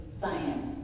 science